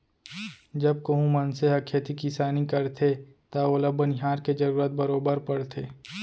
जब कोहूं मनसे ह खेती किसानी करथे तव ओला बनिहार के जरूरत बरोबर परथे